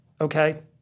Okay